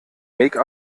make